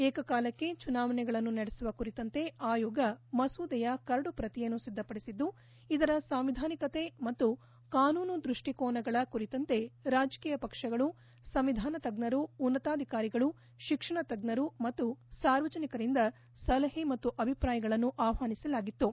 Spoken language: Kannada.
ವಿಕಕಾಲಕ್ಕೆ ಚುನಾವಣೆಗಳನ್ನು ನಡೆಸುವ ಕುರಿತಂತೆ ಆಯೋಗ ಮಸೂದೆಯ ಕರಡು ಪ್ರತಿಯನ್ನು ಸಿದ್ಧಪಡಿಸಿದ್ದು ಇದರ ಸಾಂವಿಧಾನಿಕತೆ ಮತ್ತು ಕಾನೂನು ದೃಷ್ಟಿಕೋನಗಳ ಕುರಿತಂತೆ ರಾಜಕೀಯ ಪಕ್ಷಗಳು ಸಂವಿಧಾನ ತಜ್ಜರು ಉನ್ನತಾಧಿಕಾರಿಗಳು ಶಿಕ್ಷಣ ತಜ್ಜರು ಮತ್ತು ಸಾರ್ವಜನಿಕರಿಂದ ಸಲಹೆ ಮತ್ತು ಅಭಿಪ್ರಾಯಗಳನ್ನು ಆಹ್ವಾನಿಸಲಾಗಿದ್ದು